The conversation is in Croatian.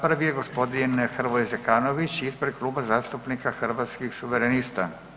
Prvi je g. Hrvoje Zekanović ispred Kluba zastupnika Hrvatskih suverenista.